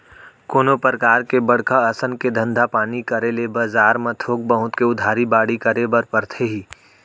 कोनो परकार के बड़का असन के धंधा पानी करे ले बजार म थोक बहुत के उधारी बाड़ही करे बर परथे ही